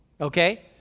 Okay